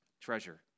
treasure